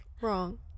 Wrong